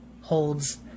holds